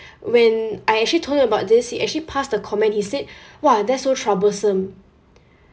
when I actually told him about this he actually passed the comment he said !wah! that's so troublesome